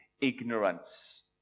ignorance